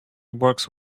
works